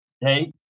hey